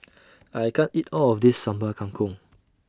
I can't eat All of This Sambal Kangkong